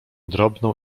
drobną